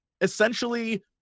essentially